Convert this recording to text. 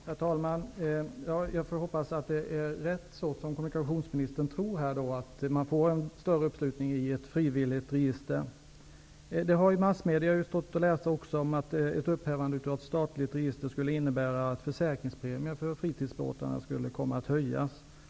Herr talman! Jag hoppas att det är rätt som kommunikationsministern tror och att man får en större uppslutning med ett frivilligt register. Det har i massmedia stått att läsa att ett upphävande av det statliga registret skulle innebära att försäkringspremier för fritidsbåtar skulle komma att höjas.